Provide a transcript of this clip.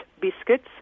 biscuits